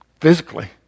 physically